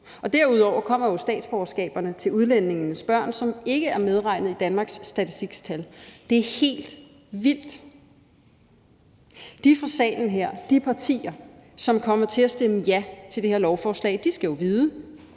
Derudover kommer statsborgerskaberne til udlændingenes børn, som ikke er medregnet i Danmarks Statistiks tal. Det er helt vildt! De partier i salen her, som kommer til at stemme ja til det her lovforslag, skal jo vide,